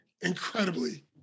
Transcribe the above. incredibly